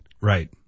Right